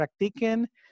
practiquen